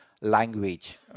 language